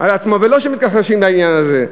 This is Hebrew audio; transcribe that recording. על עצמו, ולא שמתכחשים לעניין הזה.